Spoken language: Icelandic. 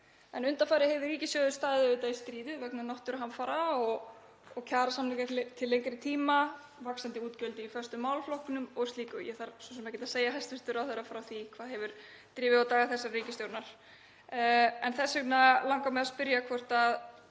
Undanfarið hefur ríkissjóður auðvitað staðið í stríði vegna náttúruhamfara, kjarasamninga til lengri tíma, vaxandi útgjalda í föstum málaflokknum og slíks. Ég þarf svo sem ekkert að segja hæstv. ráðherra frá því hvað hefur drifið á daga þessarar ríkisstjórnar. En þess vegna langar mig að spyrja hvort